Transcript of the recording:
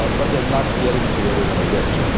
ah but they're not getting to where they wanna get to.